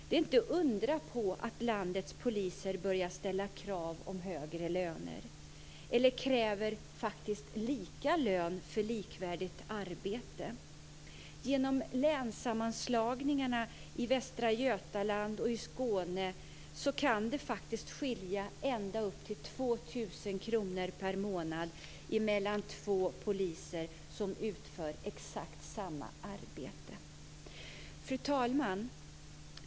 Det är inte undra på att landets poliser börjar att ställa krav på högre löner eller, faktiskt, lika lön för likvärdigt arbete. Genom länssammanslagningarna i Västra Götaland och i Skåne kan det faktiskt skilja ända upp till 2 000 kr per månad i lön mellan två poliser som utför exakt samma arbete. Fru talman!